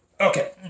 okay